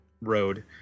road